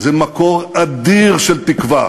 זה מקור אדיר של תקווה: